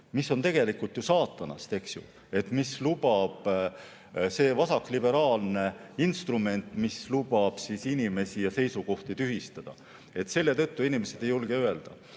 mis on tegelikult ju saatanast. Seda lubab see vasakliberaalne instrument, mis lubab inimesi ja seisukohti tühistada. Selle tõttu inimesed ei julge öelda.